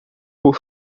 por